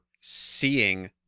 seeing